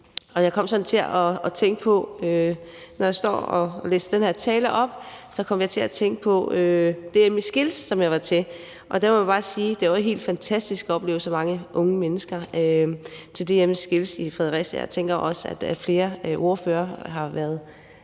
gøre i forhold til trepartsaftaler. Når jeg står her og læser den her tale op, kommer jeg til at tænke på DM i Skills, som jeg var til. Og der må jeg jo bare sige, at det var helt fantastisk at opleve så mange unge mennesker til DM i skills i Fredericia, og jeg tænker også, at flere ordførere har været